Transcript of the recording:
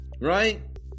Right